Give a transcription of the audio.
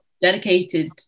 dedicated